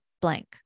blank